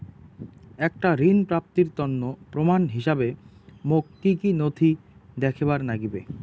একটা ঋণ প্রাপ্তির তন্ন প্রমাণ হিসাবে মোক কী কী নথি দেখেবার নাগিবে?